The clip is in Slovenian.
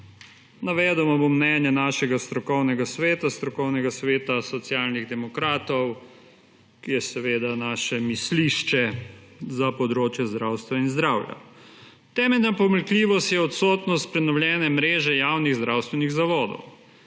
Navedel vam bom mnenje našega strokovnega sveta, strokovnega sveta Socialnih demokratov, ki je naše mislišče za področje zdravstva in zdravja. Temeljna pomanjkljivost je odsotnost prenovljene mreže javnih zdravstvenih zavodov.